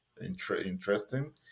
interesting